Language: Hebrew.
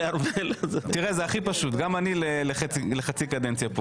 זה הכי פשוט, גם אני פה לחצי קדנציה.